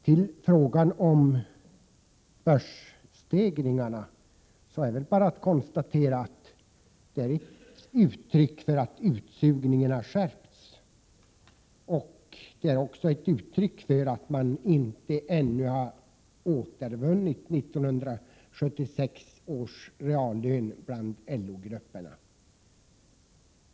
Angående frågan om börsvärdestegringarna är det bara att konstatera att de är ett uttryck för att utsugningen har skärpts. Stegringarna är också ett uttryck för att man ännu inte har återvunnit 1976 års nivå på reallönerna bland LO-grupperna.